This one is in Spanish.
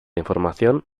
información